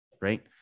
right